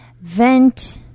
vent